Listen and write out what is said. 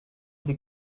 sie